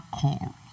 call